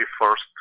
first